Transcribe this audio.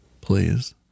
Please